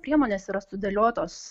priemonės yra sudėliotos